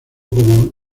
como